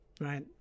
right